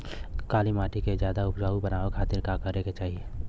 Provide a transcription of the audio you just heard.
काली माटी के ज्यादा उपजाऊ बनावे खातिर का करे के चाही?